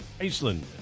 Iceland